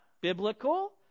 biblical